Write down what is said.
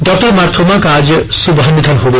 doctor Marthoma का आज सुबह निधन हो गया